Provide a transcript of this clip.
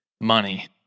money